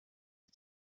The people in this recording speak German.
die